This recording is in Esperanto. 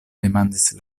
demandis